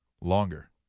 longer